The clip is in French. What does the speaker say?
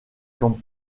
comme